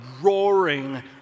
roaring